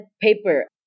paper